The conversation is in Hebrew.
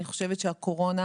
אני חושבת שהקורונה,